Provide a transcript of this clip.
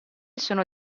sono